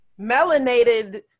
melanated